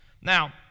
Now